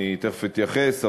תכף אתייחס,